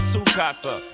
Sukasa